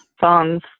songs